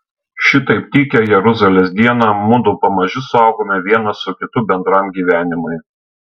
šitaip tykią jeruzalės dieną mudu pamaži suaugome vienas su kitu bendram gyvenimui